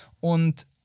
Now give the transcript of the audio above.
Und